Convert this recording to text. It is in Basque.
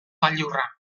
gailurra